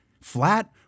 Flat